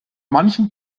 manchen